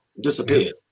disappeared